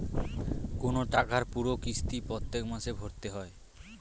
কোন টাকার পুরো কিস্তি প্রত্যেক মাসে ভরতে হয়